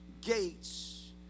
gates